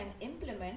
implement